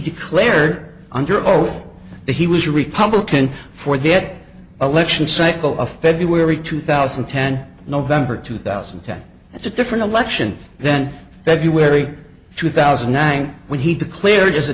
declared under oath that he was republican forget election cycle of february two thousand and ten november two thousand and ten that's a different election then february two thousand and nine when he declared as a